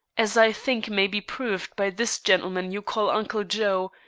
as i think may be proved by this gentleman you call uncle joe,